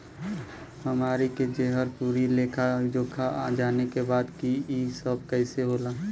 हमनी के जेकर पूरा लेखा जोखा जाने के बा की ई सब कैसे होला?